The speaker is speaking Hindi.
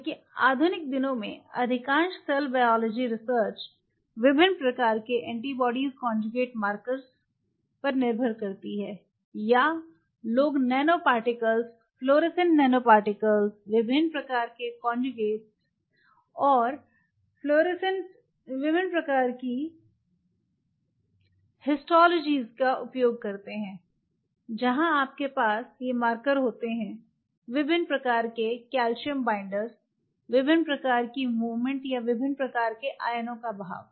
क्योंकि आधुनिक दिनों में अधिकांश सेल बायोलॉजी रिसर्च विभिन्न प्रकार के एंटीबॉडी कंजुगेटेड मार्करों पर निर्भर करती है या लोग नैनोपार्टिकल्स फ्लोरोसेंट नैनोपार्टिकल्स विभिन्न प्रकार के कोंजूगेटस विभिन्न प्रकार की हिस्टोलोजी का उपयोग करते हैं जहां आपके पास ये मार्कर होते हैं विभिन्न प्रकार के कैल्शियम बाइंडर्स विभिन्न प्रकार की मूवमेंट या विभिन्न प्रकार के आयनों का बहाव